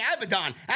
Abaddon